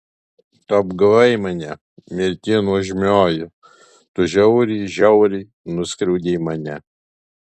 tu apgavai mane mirtie nuožmioji tu žiauriai žiauriai nuskriaudei mane